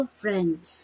friends